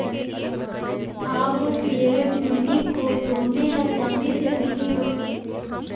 आप fiat money को सोने या चांदी से नहीं जोड़ सकते